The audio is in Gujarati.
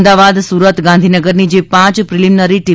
અમદાવાદ સુરત અને ગાંધીનગરની જે પાંચ પ્રિલીમનરી ટી